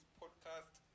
podcast